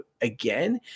again